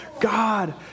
God